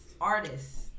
Artists